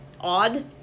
odd